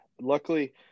luckily